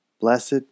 Blessed